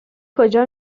کجا